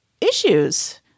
issues